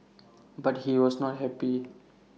but he was not happy